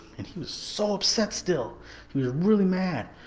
and he was so upset still we were really mad,